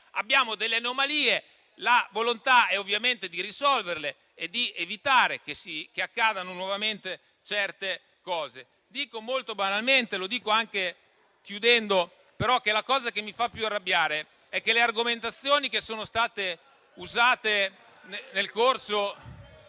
Abbiamo delle anomalie e la volontà è ovviamente di risolverle e di evitare che accadano nuovamente certe cose. Dico molto banalmente, in conclusione, che la cosa che mi fa più arrabbiare è che le argomentazioni che sono state usate nel corso